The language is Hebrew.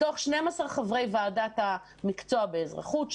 מתוך 12 חברי ועדת המקצוע באזרחות,